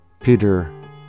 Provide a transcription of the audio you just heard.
Peter